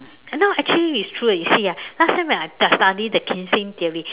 now actually it's true eh you see ah last time when I study the mckinsey theory